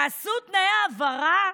תעשו תנאי העברה,